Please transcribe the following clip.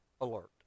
alert